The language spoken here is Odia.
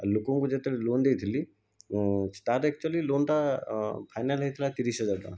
ଆଉ ଲୋକଙ୍କୁ ଯେତେବେଳେ ଲୋନ୍ ଦେଇଥିଲି ତା'ର ଏକଚୌଲି ଲୋନ୍ଟା ଫାଇନାଲ୍ ହେଇଥିଲା ତିରିଶ ହଜାର ଟଙ୍କା